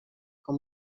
com